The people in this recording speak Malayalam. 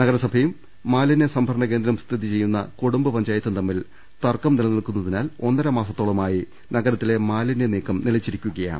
നഗരസഭയും മാലിന്യ സംഭരണ കേന്ദ്രം സ്ഥിതിചെയ്യുന്ന കൊടുമ്പു പഞ്ചാ യത്തും തമ്മിൽ തർക്കം നിലനിൽക്കുന്നതിനാൽ ഒന്നര മാസത്തോളമായി നഗരത്തിലെ മാലിന്യ നീക്കം നിലച്ചിരിക്കുകയാണ്